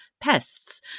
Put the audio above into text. pests